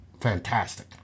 fantastic